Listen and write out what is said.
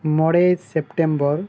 ᱢᱚᱬᱮ ᱥᱮᱯᱴᱮᱢᱵᱚᱨ